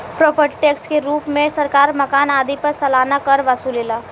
property tax के रूप में सरकार मकान आदि पर सालाना कर वसुलेला